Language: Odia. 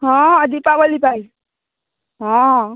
ହଁ ଦିପାବଳୀ ପାଇଁ ହଁ